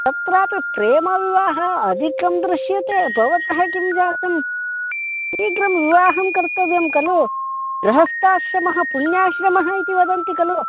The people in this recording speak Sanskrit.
तत्रापि प्रेमविवाहः अधिकं दृश्यते भवतः किं जातं शीघ्रं विवाहं कर्तव्यं खलु गृहस्थाश्रमः पुण्याश्रमः इति वदन्ति खलु